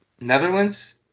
Netherlands